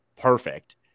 perfect